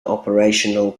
operational